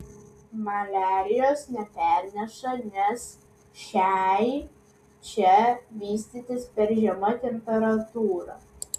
maliarijos neperneša nes šiai čia vystytis per žema temperatūra